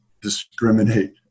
discriminate